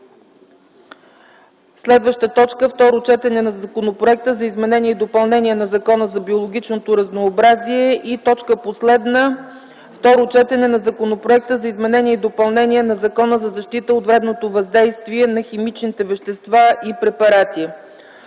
жените. 9. Второ четене на Законопроекта за изменение и допълнение на Закона за биологичното разнообразие. 10. Второ четене на Законопроекта за изменение и допълнение на Закона за защита от вредното въздействие на химичните вещества и препарати.